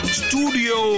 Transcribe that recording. studio